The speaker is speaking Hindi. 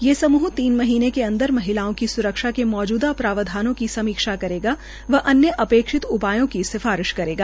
ये सूह तीन महीने के अंदर महिलाओं की स्रक्षा के मौजूदा प्रावधानों की समीक्षा करेगा व अन्य अपेक्षित उपायों की सिफारिश करेगा